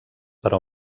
però